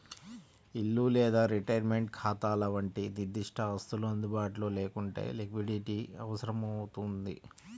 ఇల్లు లేదా రిటైర్మెంట్ ఖాతాల వంటి నిర్దిష్ట ఆస్తులు అందుబాటులో లేకుంటే లిక్విడిటీ అవసరమవుతుంది